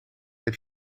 heb